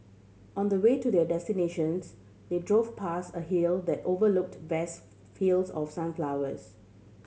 on the way to their destinations they drove past a hill that overlooked vast fields of sunflowers